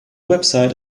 website